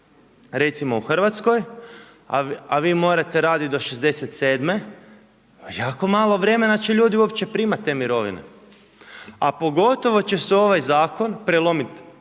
recimo u Hrvatskoj, a vi morate radit do 67. jako malo vremena će ljudi primat te mirovine. A pogotovo će se ovaj zakon prelomit